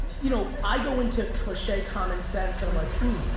you know i go into cliche common sense and i'm like ooh,